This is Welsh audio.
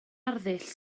arddull